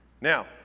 Now